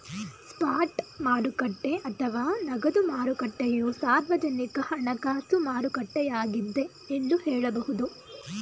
spot ಮಾರುಕಟ್ಟೆ ಅಥವಾ ನಗದು ಮಾರುಕಟ್ಟೆಯು ಸಾರ್ವಜನಿಕ ಹಣಕಾಸು ಮಾರುಕಟ್ಟೆಯಾಗಿದ್ದೆ ಎಂದು ಹೇಳಬಹುದು